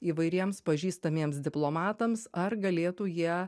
įvairiems pažįstamiems diplomatams ar galėtų jie